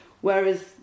Whereas